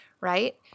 right